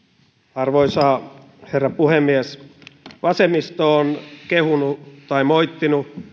arvoisa herra puhemies vasemmisto on kehunut tai moittinut